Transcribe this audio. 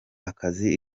akazi